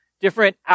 different